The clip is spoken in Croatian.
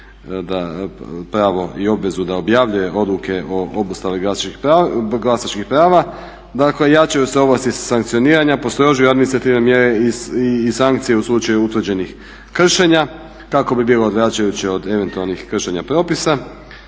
pravo i obvezu da objavljuje odluke o obustavi glasačkih prava. Dakle jačaju se ovlasti sankcioniranja, postrožuju administrativne mjere i sankcije u slučaju utvrđenih kršenja kako bi bilo odvraćajuće od eventualnih kršenja propisa.